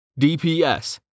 DPS